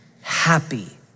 happy